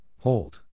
hold